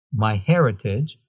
MyHeritage